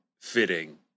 fitting